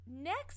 next